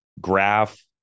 graph